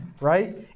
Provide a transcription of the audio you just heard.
right